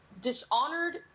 Dishonored